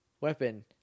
weapon